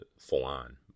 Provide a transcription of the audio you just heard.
full-on